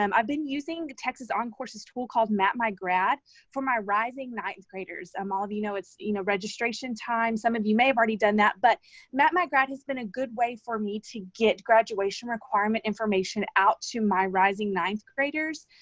um i've been using the texas oncourse's tool called map my grad for my rising ninth graders. as um all of you know, it's you know registration time, some of you may have already done that, but map my grad has been a good way for me to get graduation requirement information out to my rising ninth graders,